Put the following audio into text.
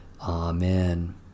Amen